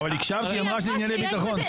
הקשבת שהיא אמרה שאלה ענייני ביטחון?